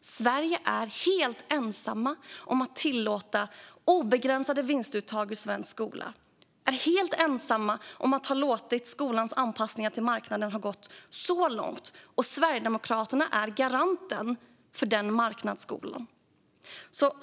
Sverige är helt ensamt om att tillåta obegränsade vinstuttag ur skolan och helt ensamt om att ha låtit skolans anpassning till marknaden gå så långt. Och Sverigedemokraterna är garanten för den marknadsskolan.